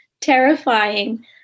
terrifying